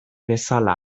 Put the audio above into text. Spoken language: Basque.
bezala